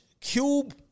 Cube